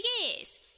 years